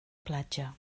platja